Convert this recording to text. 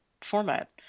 format